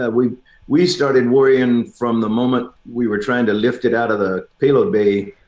ah we we started worrying from the moment we were trying to lift it out of the payload bay.